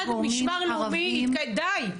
אחד, משמר לאומי, די.